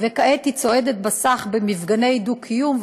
וכעת היא צועדת בסך במפגני דו-קיום,